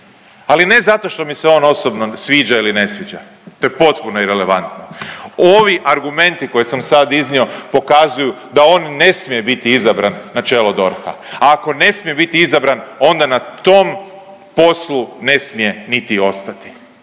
Ali ne zato što mi se on osobno sviđa ili ne sviđa, to je potpuno irelevantno, ovi argumenti koje sam sad iznio pokazuju da on ne smije biti izabran na čelo DORH-a, a ako ne smije biti izabran, onda na tom poslu ne smije niti ostati